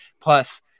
plus